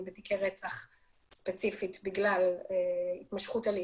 בתיקי רצח ספציפית בגלל התמשכות הליך.